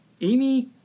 Amy